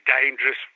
dangerous